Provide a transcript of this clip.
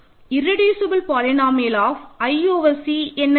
irreducible polynomial of i over C என்னது